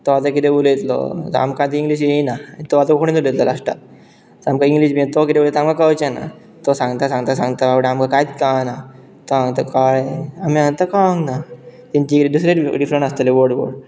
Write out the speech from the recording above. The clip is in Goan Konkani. तो आतां कितें उलयतलो आमकां ती इंग्लीश येयना तो आतां तो कोंकणीच उलयतलो लास्टाक आमकां इंग्लीश बी तो कितें उलयता आमकां कळचे ना तो सांगता सांगता सांगता बावडो आमकां कांयच कळना तो सांगता कळ्ळें आमी सांगता कळूंक ना तांची दुसरे डिफरंट आसतले वर्ड वर्ड